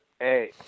Hey